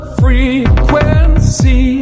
frequency